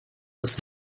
his